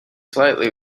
slightly